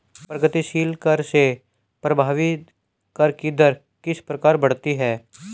प्रगतिशील कर से प्रभावी कर की दर किस प्रकार बढ़ती है?